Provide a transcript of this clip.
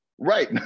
Right